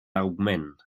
augment